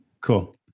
Cool